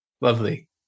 lovely